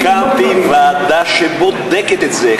הקמתי ועדה שבודקת את זה.